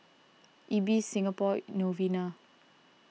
Ibis Singapore Novena